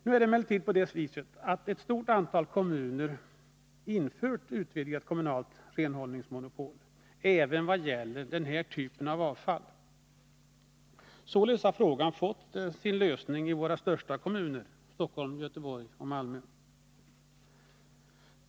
Nu är det emellertid på det viset att ett stort antal kommuner infört utvidgat kommunalt renhållningsmonopol även vad gäller den här typen av avfall. Således har frågan fått sin lösning i våra största kommuner: Stockholm, Göteborg och Malmö.